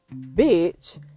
bitch